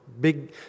big